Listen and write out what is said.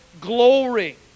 glory